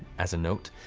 as a note,